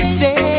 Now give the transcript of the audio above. say